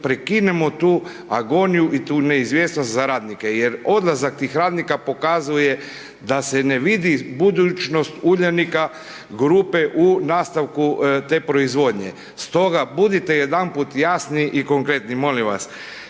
prekinemo tu agoniju i tu neizvjesnost za radnike jer odlazak tih radnika pokazuje da se ne vidi budućnost Uljanika, grupe u nastavku te proizvodnje. Stoga budite jedanput jasni i konkretni, molim vas